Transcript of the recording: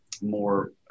more